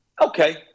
Okay